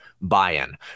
buy-in